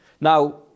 Now